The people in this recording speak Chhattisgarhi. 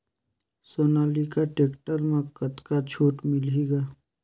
सोनालिका टेक्टर म कतका छूट मिलही ग?